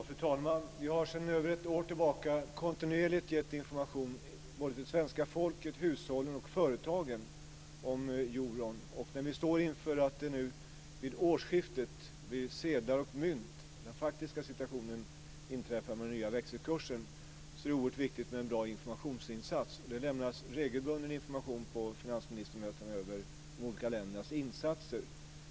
Fru talman! Vi har sedan över ett år tillbaka kontinuerligt gett information till både svenska folket, hushållen, och företagen om euron. När vi står inför att det nu vid årsskiftet blir sedlar och mynt, när den faktiska situationen med den nya växelkursen inträffar, är det oerhört viktigt med en bra informationsinsats. Det lämnas regelbundet information på finansministermötena över de olika ländernas insatser.